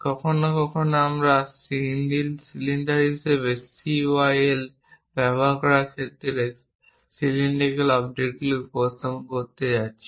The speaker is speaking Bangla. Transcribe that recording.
কখনও কখনও আমরা সিলিন্ডার হিসাবে CYL ব্যবহার করার ক্ষেত্রে সিলিন্ডিকাল অবজেক্টগুলিকে উপস্থাপন করতে যাচ্ছি